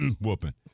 whooping